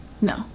No